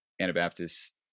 Anabaptists